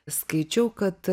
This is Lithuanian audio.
skaičiau kad